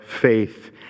faith